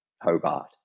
Hobart